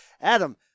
Adam